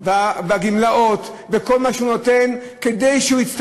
אבל דבר כזה אינו מעיד על גישה מאוזנת כלל וגם לא על גישה מתוחכמת.